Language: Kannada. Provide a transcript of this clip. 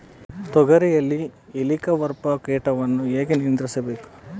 ತೋಗರಿಯಲ್ಲಿ ಹೇಲಿಕವರ್ಪ ಕೇಟವನ್ನು ಹೇಗೆ ನಿಯಂತ್ರಿಸಬೇಕು?